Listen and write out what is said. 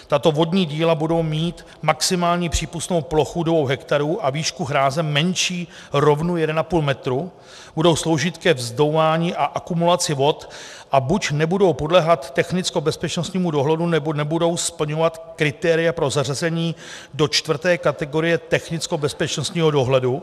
Tato vodní díla budou mít maximální přípustnou plochu 2 hektarů a výšku hráze menší rovnou 1,5 metru, budou sloužit ke vzdouvání a akumulaci vod a buď nebudou podléhat technickobezpečnostnímu dohledu, nebo nebudou splňovat kritéria pro zařazení do čtvrté kategorie technickobezpečnostního dohledu.